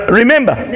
remember